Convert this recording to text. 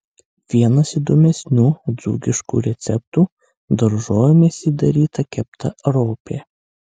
vienas įdomesnių dzūkiškų receptų daržovėmis įdaryta kepta ropė